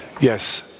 yes